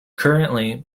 currently